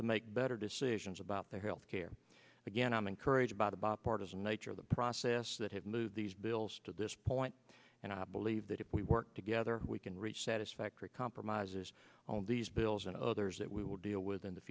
to make better decisions about their health care again i'm encouraged by the bipartisan nature of the process that have moved these bills to this point and i believe that if we work together we can reach satisfactory compromises on these bills and others that we will deal with in the